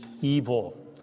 evil